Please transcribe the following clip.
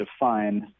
define